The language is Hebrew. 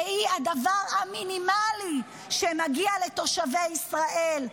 שהיא הדבר המינימלי שמגיע לתושבי ישראל,